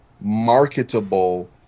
marketable